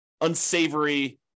unsavory